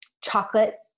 chocolate